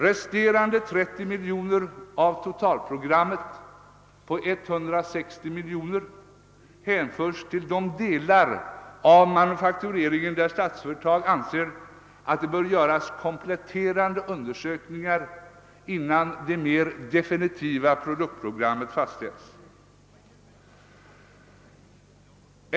Resterande cirka 30 milj.kr. av totalprogrammet på 160 milj.kr. hänförs till de delar av manufaktureringen där Statsföretag anser att det bör göras kompletterande undersökningar innan det mer definitiva produktprogrammet fastställs.